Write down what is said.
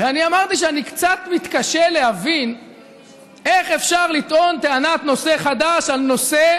ואני אמרתי שאני קצת מתקשה להבין איך אפשר לטעון טענת נושא חדש על נושא